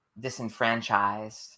disenfranchised